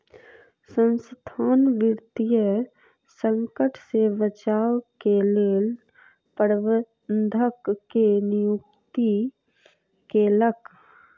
संसथान वित्तीय संकट से बचाव के लेल प्रबंधक के नियुक्ति केलक